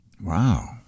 Wow